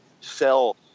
sell